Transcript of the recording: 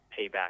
payback